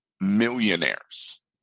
millionaires